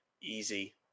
easy